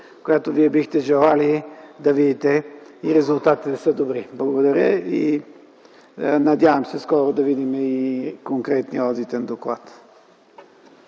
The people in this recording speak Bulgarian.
която Вие бихте желали да видите, и резултатите да са добри! Благодаря. Надявам се скоро да видим и конкретния одитен доклад.